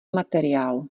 materiál